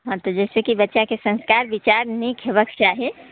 हँ तऽ जैसे कि बच्चाके संस्कार विचार नीक हेबाक चाही